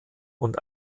und